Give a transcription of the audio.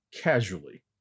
casually